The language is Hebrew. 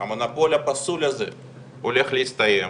המונופול הפסול הזה הולך להסתיים.